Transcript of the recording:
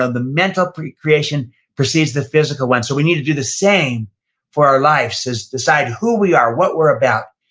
ah the mental creation precedes the physical one. so, we need to do the same for our lives is decide who we are, what we're about,